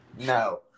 No